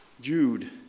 Jude